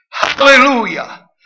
Hallelujah